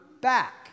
back